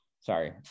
Sorry